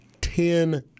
Ten